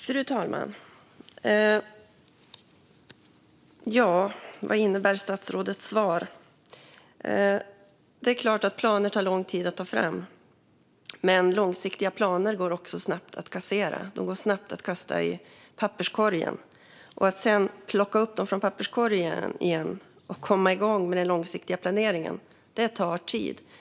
Fru talman! Vad innebär statsrådets svar? Det är klart att planer tar lång tid att ta fram, men långsiktiga planer går också snabbt att kassera. Det går snabbt att kasta dem i papperskorgen, men att sedan plocka upp dem från papperskorgen och komma igång med den långsiktiga planeringen tar tid.